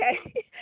okay